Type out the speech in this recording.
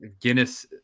Guinness